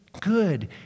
good